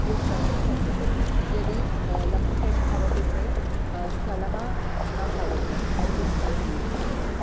use कर्तुं शक्यते यदि लघुः टेण्ट् भवति चेत् स्थलं न भवति एड्जस्ट् करणीयं भवति